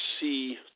see